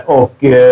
och